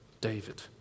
David